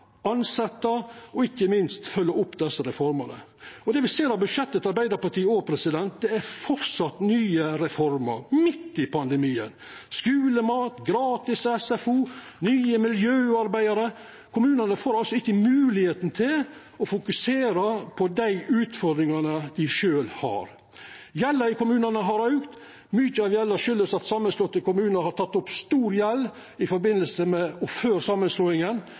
opp dessa reformene. Me ser òg av budsjettet til Arbeidarpartiet at det framleis er nye reformer, midt i pandemien: skulemat, gratis SFO, nye miljøarbeidarar. Kommunane får altså ikkje moglegheit til å fokusera på dei utfordringane dei sjølve har. Gjelda i kommunane har auka, mykje av dette skuldast at samanslåtte kommunar har teke opp stor gjeld i samband med og før samanslåinga.